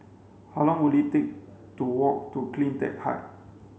how long will it take to walk to CleanTech Height